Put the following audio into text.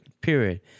Period